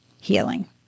healing